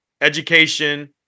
education